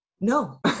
no